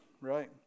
Right